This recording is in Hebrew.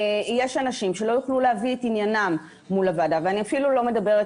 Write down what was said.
יש אנשים שלא יוכלו להביא את עניינם מול הוועדה ואני אפילו לא מדברת